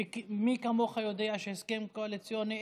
ומי כמוך יודע שהסכם קואליציוני,